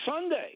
Sunday